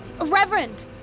Reverend